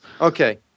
Okay